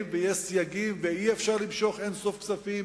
ויש סייגים ואי-אפשר למשוך אין-סוף כספים,